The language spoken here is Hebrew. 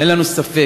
אין לנו ספק